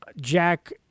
Jack